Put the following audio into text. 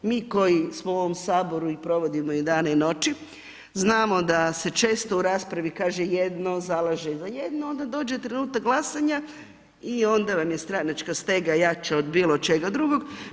Mi koji smo u ovom Saboru i provodimo i dane i noći znamo da se često u raspravi kaže jedno, zalaže za jedno onda dođe trenutak glasanja i onda vam je stranačka stega jača od bilo čega drugog.